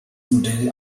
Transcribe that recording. modell